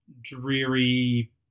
dreary